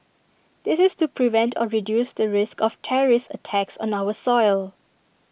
this is to prevent or reduce the risk of terrorist attacks on our soil